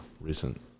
recent